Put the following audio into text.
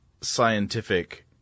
scientific